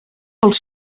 els